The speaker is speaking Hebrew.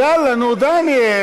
יאללה, נו, דניאל.